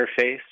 interface